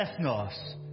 ethnos